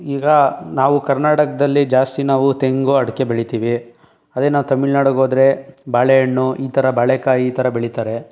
ಈಗ ನಾವು ಕರ್ನಾಟಕದಲ್ಲಿ ಜಾಸ್ತಿ ನಾವು ತೆಂಗು ಅಡಿಕೆ ಬೆಳೀತೀವಿ ಅದೇ ನಾವು ತಮಿಳ್ನಾಡಿಗೆ ಹೋದ್ರೆ ಬಾಳೆಹಣ್ಣು ಈ ಥರ ಬಾಳೆಕಾಯಿ ಈ ಥರ ಬೆಳೀತಾರೆ